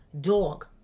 dog